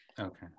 Okay